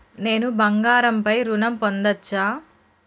నేను బంగారం పై ఋణం పొందచ్చా?